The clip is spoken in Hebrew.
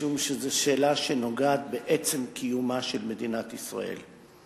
משום שזאת שאלה שנוגעת בעצם קיומה של מדינת ישראל.